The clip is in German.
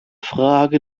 frage